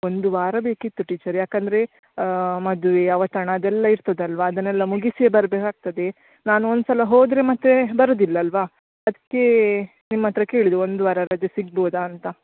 ಒಂದು ವಾರ ಬೇಕಿತ್ತು ಟೀಚರ್ ಯಾಕೆಂದ್ರೆ ಮದುವೆ ಔತಣ ಅದೆಲ್ಲ ಇರ್ತದಲ್ವಾ ಅದನ್ನೆಲ್ಲಾ ಮುಗಿಸಿಯೇ ಬರ್ಬೆಕು ಆಗ್ತದೆ ನಾನು ಒಂದುಸಲ ಹೋದರೆ ಮತ್ತೆ ಬರುದಿಲ್ಲ ಅಲ್ವಾ ಅದಕ್ಕೆ ನಿಮ್ಮ ಹತ್ರ ಕೇಳೋದು ಒಂದು ವಾರ ರಜೆ ಸಿಗ್ಬೌದಾ ಅಂತ